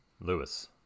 Lewis